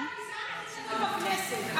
אתה הגזען הכי גדול בכנסת.